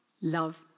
Love